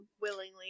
willingly